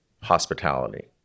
hospitality